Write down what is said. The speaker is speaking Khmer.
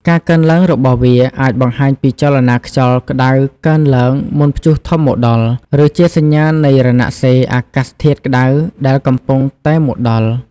ការកើនឡើងរបស់វាអាចបង្ហាញពីចលនាខ្យល់ក្តៅកើនឡើងមុនព្យុះធំមកដល់ ឬជាសញ្ញានៃរណសិរ្សអាកាសធាតុក្តៅដែលកំពុងតែមកដល់។